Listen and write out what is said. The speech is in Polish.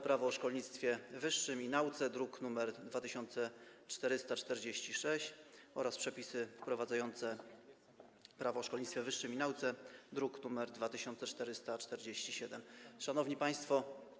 Prawo o szkolnictwie wyższym i nauce, druk nr 2446, oraz rządowego projektu ustawy Przepisy wprowadzające Prawo o szkolnictwie wyższym i nauce, druk nr 2447. Szanowni Państwo!